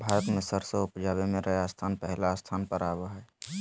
भारत मे सरसों उपजावे मे राजस्थान पहिल स्थान पर आवो हय